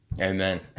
Amen